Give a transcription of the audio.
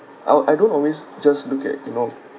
I'll I don't always just look at you know